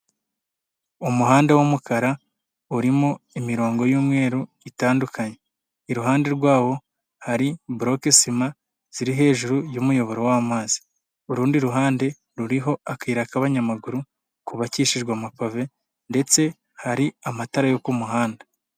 Umuhanda wumukara urimo imirongo y'umweru itandukanye, iruhande rwawo hari boloke sima ziri hejuru y'umuyoboro w'amazi, urundi ruhande ruriho akayira k'abanyamaguru kubakishijwe amapave, ndetse hari amatara yo ku muhanda.